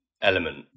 element